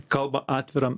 kalba atvira